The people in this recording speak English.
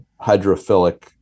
hydrophilic